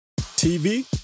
TV